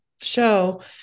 show